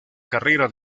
carrera